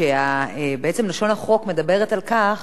בעצם לשון החוק מדברת על כך